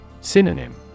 Synonym